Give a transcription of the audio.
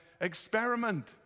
experiment